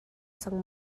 cang